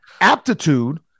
aptitude